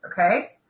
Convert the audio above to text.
okay